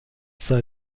sei